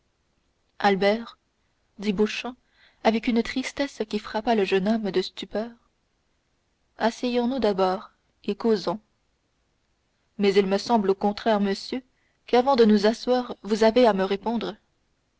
albert dit beauchamp avec une tristesse qui frappa le jeune homme de stupeur asseyons-nous d'abord et causons mais il me semble au contraire monsieur qu'avant de nous asseoir vous avez à me répondre